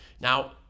Now